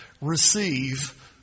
receive